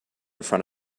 front